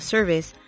Service